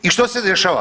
I što se dešava?